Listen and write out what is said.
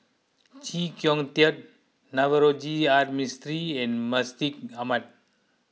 Chee Kong Tet Navroji R Mistri and Mustaq Ahmad